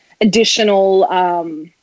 additional